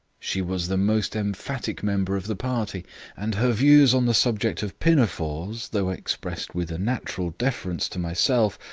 she was the most emphatic member of the party and her views on the subject of pinafores, though expressed with a natural deference to myself,